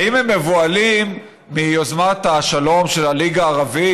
האם הם מבוהלים מיוזמת השלום של הליגה הערבית,